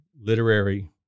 Literary